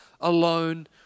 alone